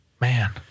Man